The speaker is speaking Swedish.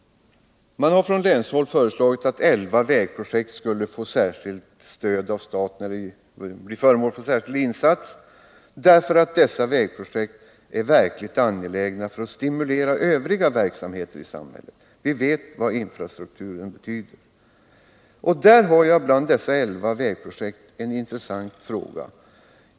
Man har från länshåll föreslagit att elva vägprojekt skulle bli föremål för särskilda insatser från staten, därför att de är verkligt angelägna för att stimulera övriga verksamheter i samhället. Vi vet vad infrastrukturen betyder. Beträffande dessa elva vägprojekt har jag en intressant fråga.